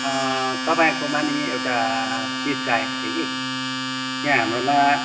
तपाईँकोमा नि एउटा चिज चाहिएको थियो कि यहाँ हाम्रोमा